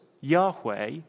Yahweh